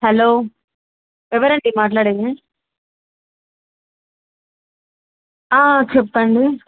hello ఎవరండి మాట్లాడేది చెప్పండి